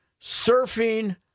surfing